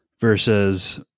versus